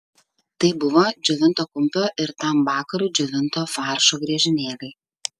tai buvo džiovinto kumpio ir tam vakarui džiovinto faršo griežinėliai